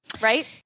right